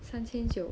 三千多